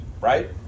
right